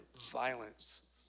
violence